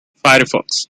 firefox